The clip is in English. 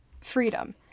freedom